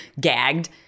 gagged